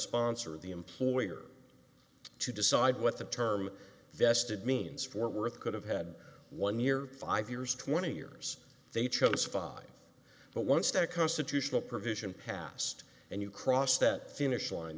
sponsor of the employer to decide what the term vested means fort worth could have had one year five years twenty years they chose five but once that constitutional provision passed and you cross that finish line